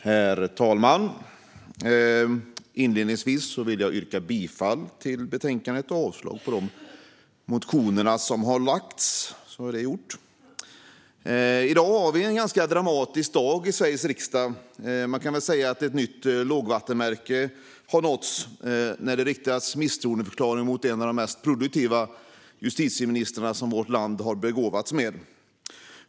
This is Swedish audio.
Herr talman! Inledningsvis vill jag yrka bifall till förslaget i betänkandet och avslag på de motioner som har väckts, så är det gjort. I dag är det en ganska dramatisk dag i Sveriges riksdag. Man kan väl säga att ett nytt lågvattenmärke har nåtts när det riktas en misstroendeförklaring mot en av de mest produktiva justitieministrar som vårt land har begåvats med.